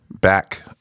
Back